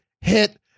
hit